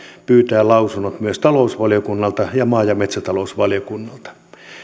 pyytää lausunnot myös talousvaliokunnalta ja maa ja metsätalousvaliokunnalta